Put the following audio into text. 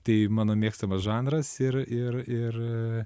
tai mano mėgstamas žanras ir ir ir